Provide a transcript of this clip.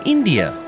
India